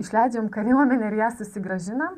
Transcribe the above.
išleidžiam kariuomenę ir ją susigrąžina